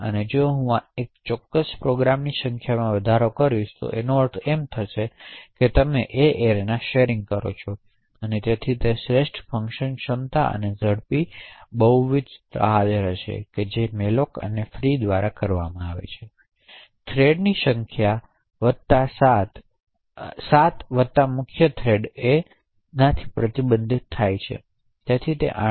હવે જો હું જે ચોક્કસ પ્રોગ્રામ સંખ્યામાં વધારો પછી તે અર્થ એમ થશે કે તમે એ જ એરેના શેરિંગ હવે તેથી શ્રેષ્ઠ ફંકશન ક્ષમતા અને ઝડપી બહુવિધ સૂત્રો હશે malloc અને ફ્રી મેળવવામાં આવેત્યારે થ્રેડ્સની સંખ્યાનો 7 વત્તા મુખ્ય થ્રેડ પ્રતિબંધિત છે તેથી 8